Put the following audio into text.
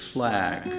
Flag